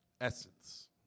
essence